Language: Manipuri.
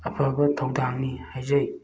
ꯑꯐꯕ ꯊꯧꯗꯥꯡꯅꯤ ꯍꯥꯏꯖꯩ